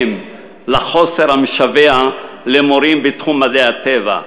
על החוסר המשווע במורים בתחום מדעי הטבע,